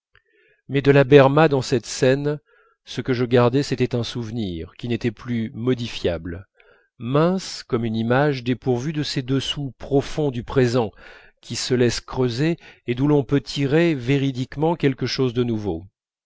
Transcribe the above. mais de la berma dans cette scène ce que je gardais c'était un souvenir qui n'était plus modifiable mince comme une image dépourvue de ces dessous profonds du présent qui se laissent creuser et d'où l'on peut tirer véridiquement quelque chose de nouveau